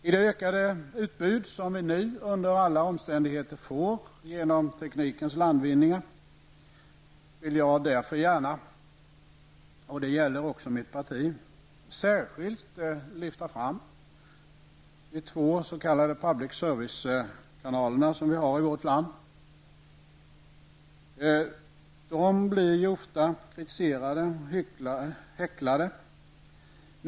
I det ökade utbud som vi nu under alla omständigheter får genom teknikens landvinningar vill jag -- liksom också mitt parti -- särskilt lyfta fram de två s.k. public service-kanalerna som vi har i vårt land. Dessa kanaler blir ofta kritiserade och häcklade.